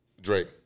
Drake